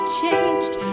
changed